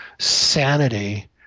sanity